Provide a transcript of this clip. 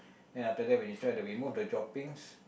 then after that when you try to remove the droppings